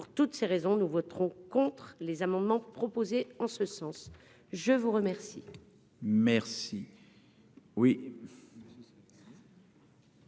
Pour toutes ces raisons, nous voterons contre les amendements proposés en ce sens, notamment